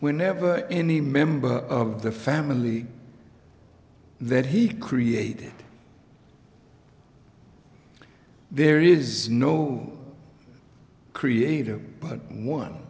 whenever any member of the family that he created there is no creator but one